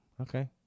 Okay